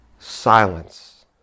Silence